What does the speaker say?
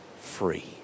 free